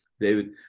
David